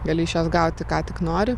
gali iš jos gauti ką tik nori